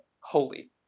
holy